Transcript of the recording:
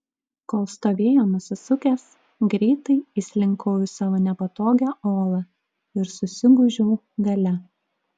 kol stovėjo nusisukęs greitai įslinkau į savo nepatogią olą ir susigūžiau gale